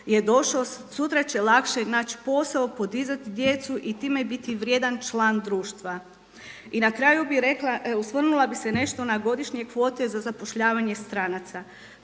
sutra će lakše naći posao, podizati djecu i time biti vrijedan član društva. I na kraju bi rekla, osvrnula bi se nešto na godišnje kvote za zapošljavanje stranaca.